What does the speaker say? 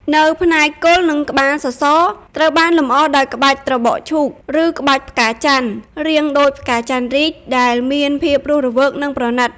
នៅផ្នែក គល់ និងក្បាលសសរ ត្រូវបានលម្អដោយ ក្បាច់ត្របកឈូក ឬ ក្បាច់ផ្កាចន្ទន៍ (រាងដូចផ្កាចន្ទន៍រីក) ដែលមានភាពរស់រវើក និងប្រណិត។